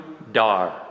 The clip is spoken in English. dar